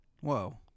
whoa